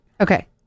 Okay